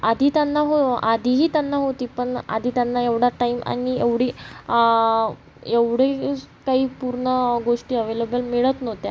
आधी त्यांना हो आधीही त्यांना होती पण आधी त्यांना एवढा टाईम आणि एवढी एवढी काही पूर्ण गोष्टी अव्हेलेबल मिळत नव्हत्या